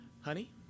Honey